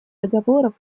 договоров